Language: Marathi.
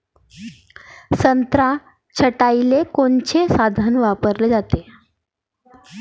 संत्रा छटाईले कोनचे साधन वापराले पाहिजे?